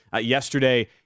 yesterday